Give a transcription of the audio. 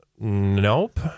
Nope